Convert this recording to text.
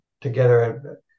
together